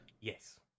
Yes